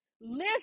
Listen